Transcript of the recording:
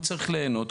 הוא צריך ליהנות,